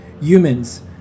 humans